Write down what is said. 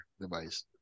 device